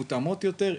מותאמות יותר,